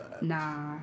nah